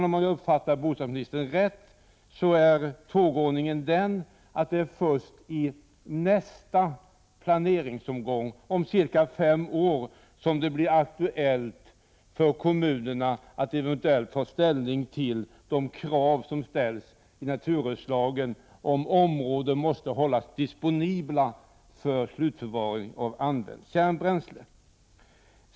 Om jag uppfattade bostadsministern rätt så är tågordningen den att det först i nästa planeringsomgång, om cirka fem år, blir aktuellt för kommunerna att eventuellt ta ställning till de krav som ställs i naturresurslagen om att områden måste hållas disponibla för slutförvaring av använt kärnbränsle.